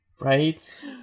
right